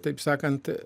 taip sakant